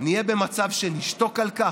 נהיה במצב שנשתוק על כך?